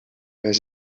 has